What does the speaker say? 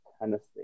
Tennessee